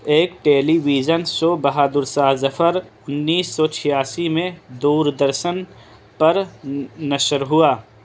ایک television show Bahadur Shah Zafar انیس سو چھیاسی میں دور درشن پر نشر ہوا